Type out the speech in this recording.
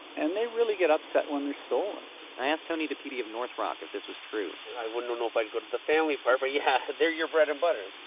and they really get upset when they're stolen i asked tony dipede of north rock if this was true i wouldn't know if i'd go to the family part, but yeah, they're your bread and butter.